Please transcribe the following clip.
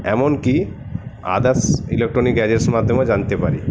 এমনকি others electronic gadgets মাধ্যমেও জানতে পারি